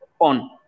on